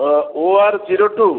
O R zero two